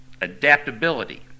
Adaptability